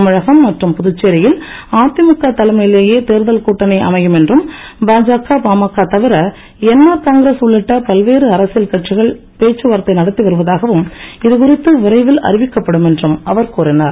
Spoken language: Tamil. தமிழகம் மற்றும் புதுச்சேரியில் அதிமுக தலைமையிலேயே தேர்தல் கூட்டணி அமையும் என்றும் பாஜக பாமக தவிர என் ஆர் காங்கிரஸ் உள்ளிட்ட பல்வேறு அரசியல் கட்சிகள் பேச்சுவார்த்தை நடத்தி வருவதாகவும் இது குறித்து விரைவில் அறிவிக்கப்படும் என்றும் அவர் கூறினார்